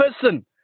person